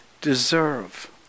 deserve